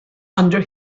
under